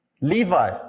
Levi